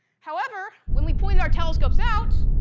however, when we pointed our telescopes out,